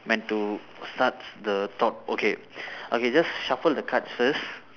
when to start the talk okay okay just shuffle the cards first